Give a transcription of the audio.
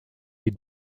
est